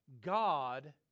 God